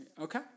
Okay